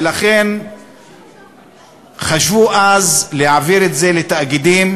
ולכן חשבו אז להעביר את זה לתאגידים.